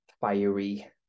fiery